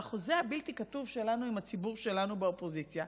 על החוזה הבלתי-כתוב שלנו עם הציבור שלנו באופוזיציה,